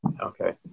okay